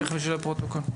איך היא תפעל,